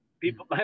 people